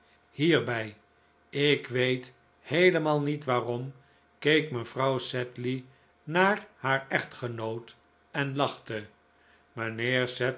hierbij ik weet heelemaal niet waarom keek mevrouw sedley naar haar echtgenoot en lachte